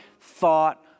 thought